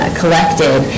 collected